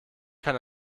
kann